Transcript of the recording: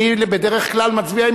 אני בדרך כלל מצביע עם